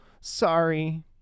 Sorry